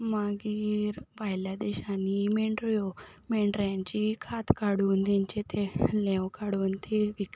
मागीर भायल्या देशांनी मेंढऱ्यो मेंढऱ्यांची कात काडून तेंचें तें लेंव काडून तें विकतात